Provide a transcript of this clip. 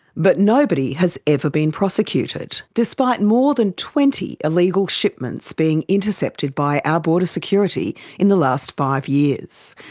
but nobody has ever been prosecuted, despite more than twenty illegal shipments being intercepted by our border security in the last five years,